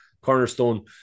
cornerstone